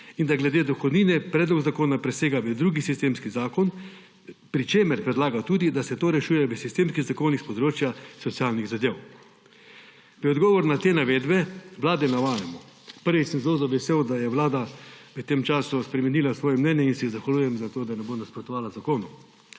in da glede dohodnine predlog zakona posega v drug sistemski zakon, pri čemer tudi predlaga, da se to rešuje v sistemskih zakonih s področja socialnih zadev. V odgovor na te navedbe vlade navajamo, prvič, sem zelo vesel, da je vlada v tem času spremenila svoje mnenje in se ji zahvaljujem za to, da ne bo nasprotovala zakonu.